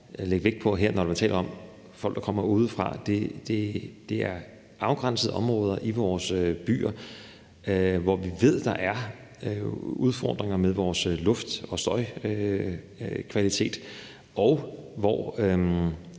lægge vægt på her, når man taler om folk, der kommer udefra, at det er afgrænsede områder i vores byer, hvor vi ved der er udfordringer med vores luftkvalitet og